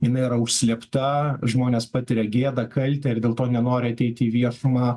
jinai yra užslėpta žmonės patiria gėdą kaltę ir dėl to nenori ateiti į viešumą